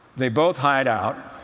they both hide out.